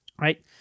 right